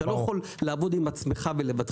אתה לא יכול לעבוד עם עצמך ולבדך.